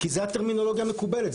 כי זו הטרמינולוגיה המקובלת.